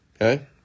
okay